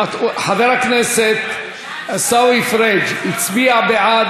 חבר הכנסת עיסאווי פריג' הצביע בעד,